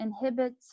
inhibits